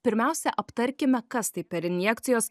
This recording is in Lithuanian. pirmiausia aptarkime kas tai per injekcijos